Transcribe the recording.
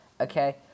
okay